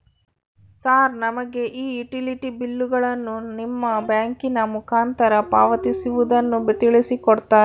Sir ನಮಗೆ ಈ utility ಬಿಲ್ಲುಗಳನ್ನು ನಿಮ್ಮ ಬ್ಯಾಂಕಿನ ಮುಖಾಂತರ ಪಾವತಿಸುವುದನ್ನು ತಿಳಿಸಿ ಕೊಡ್ತೇರಾ?